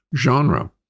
Genre